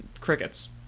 Crickets